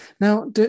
Now